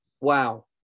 Wow